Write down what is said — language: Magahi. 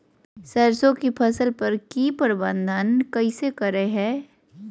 सरसों की फसल पर की प्रबंधन कैसे करें हैय?